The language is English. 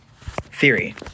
theory